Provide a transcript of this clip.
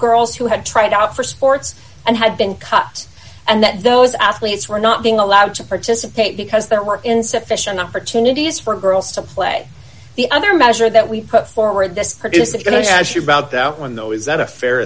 girls who had tried out for sports and had been cut and that those athletes were not being allowed to participate because there were insufficient opportunities for girls to play the other measure that we put forward this produce is going to ask you about that one though is that a fair